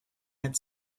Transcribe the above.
had